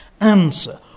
answer